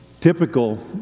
Typical